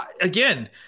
again